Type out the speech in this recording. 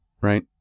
Right